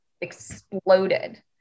exploded